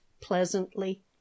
pleasantly